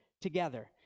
together